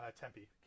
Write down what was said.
Tempe